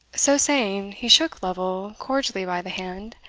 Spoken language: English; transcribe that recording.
so saying, he shook lovel cordially by the hand,